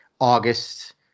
August